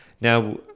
Now